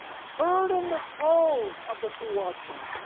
burden the souls of the true watchmen,